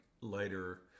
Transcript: lighter